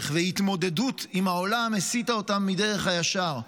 והתמודדות עם העולם הסיטה אותם מדרך הישר,